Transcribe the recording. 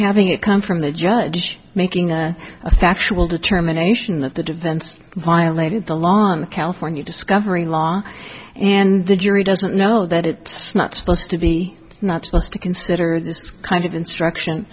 having it come from the judge making a factual determination that the defense violated the lawn the california discovery law and the jury doesn't know that it's not supposed to be not just to consider this kind of instruction